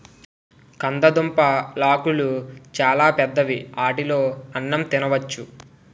కందదుంపలాకులు చాలా పెద్దవి ఆటిలో అన్నం తినొచ్చు